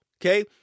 okay